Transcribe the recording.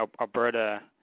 Alberta